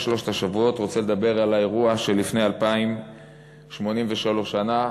בשלושת השבועות רוצה לדבר על האירוע שלפני 2,083 שנה,